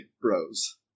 bros